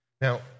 Now